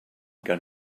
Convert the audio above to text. going